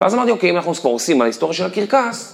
ואז אמרתי, אוקיי, אם אנחנו ספורסים מההיסטוריה של הקרקס...